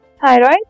thyroid